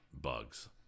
bugs